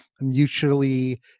mutually